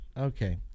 Okay